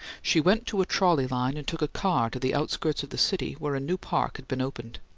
she went to a trolley-line and took a car to the outskirts of the city where a new park had been opened.